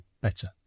better